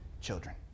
children